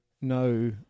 no